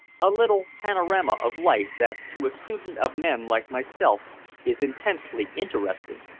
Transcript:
a little panorama of life that to a student of men like myself is intensely interesting.